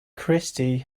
christy